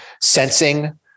Sensing